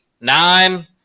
nine